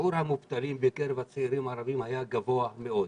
שיעור המובטלים בקרב הצעירים הערבים היה גבוה מאוד.